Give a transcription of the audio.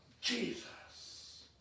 Jesus